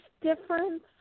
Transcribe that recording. difference